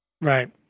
Right